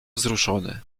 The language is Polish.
wzruszony